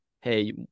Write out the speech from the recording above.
hey